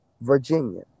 Virginia